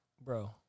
Bro